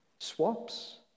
swaps